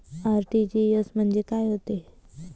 RTGS म्हंजे काय होते?